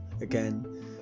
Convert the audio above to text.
again